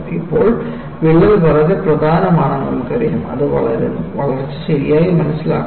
ഇപ്പോൾ വിള്ളൽ വളരെ പ്രധാനമാണെന്ന് നമുക്കറിയാം അത് വളരുന്നു വളർച്ച ശരിയായി മനസ്സിലാക്കണം